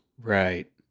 right